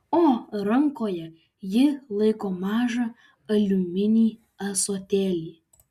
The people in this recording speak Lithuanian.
o rankoje ji laiko mažą aliuminį ąsotėlį